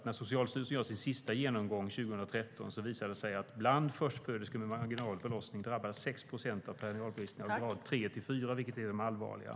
När Socialstyrelsen gjorde sin senaste genomgång 2013 visade det sig att bland förstföderskor med vaginal förlossning drabbades 6 procent av perinealbristningar av grad 3 eller 4, vilka är de allvarliga.